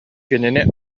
кинини